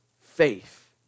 faith